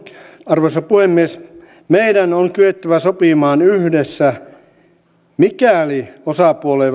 arvoisa puhemies meidän on kyettävä sopimaan yhdessä mikäli osapuolet